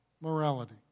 morality